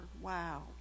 Wow